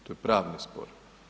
To je pravni spor.